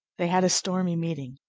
they had a stormy meeting.